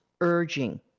urging